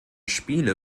spiele